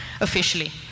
officially